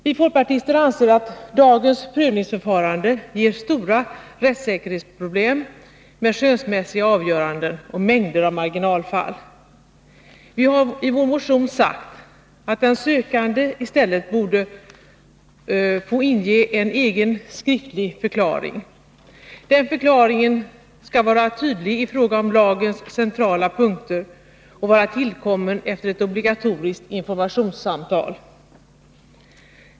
Vi folkpartister anser att dagens prövningsförfarande medför stora rättssäkerhetsproblem med skönsmässiga avgöranden och mängder av marginalfall. Vi har i vår motion sagt att den sökande i stället borde få inge en egen skriftlig förklaring. Den förklaringen skall vara tydlig i fråga om lagens centrala punkter och vara tillkommen efter ett obligatoriskt informationssamtal.